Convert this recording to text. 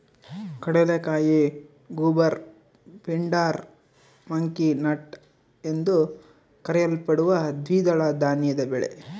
ಕಡಲೆಕಾಯಿ goober pindar monkey nut ಎಂದೂ ಕರೆಯಲ್ಪಡುವ ದ್ವಿದಳ ಧಾನ್ಯದ ಬೆಳೆ